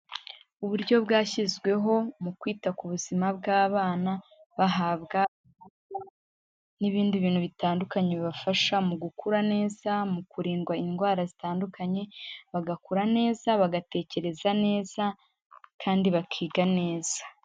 Uburyo bwashyizweho mu kwita ku buzima bw'abana bahabwa n'ibindi bintu bitandukanye bibafasha mu gukura neza, mu kurindwa indwara zitandukanye, bagakura neza, bagatekereza neza kandi bakiga neza.